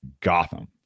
Gotham